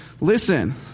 Listen